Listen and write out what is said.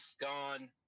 gone